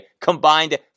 combined